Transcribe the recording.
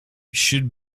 should